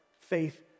faith